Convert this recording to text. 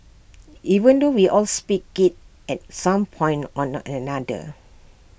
even though we all speak IT at some point or another